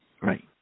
Right